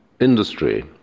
industry